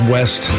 West